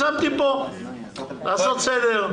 שמתי פה כדי לעשות סדר.